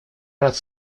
рад